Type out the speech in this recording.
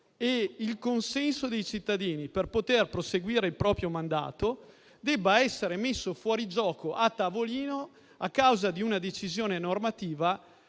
e il consenso dei cittadini per poter proseguire il proprio mandato, debba essere messo fuori gioco a tavolino a causa di una decisione normativa